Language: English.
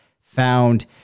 found